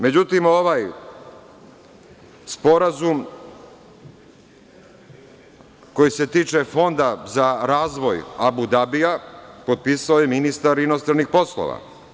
Međutim, ovaj sporazum koji se tiče Fonda za razvoj Abu Dabija potpisao je ministar inostranih poslova.